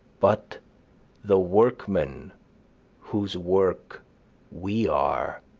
but the workman whose work we are.